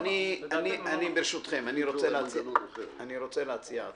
אני רוצה להציע הצעה.